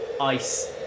ice